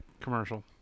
Commercial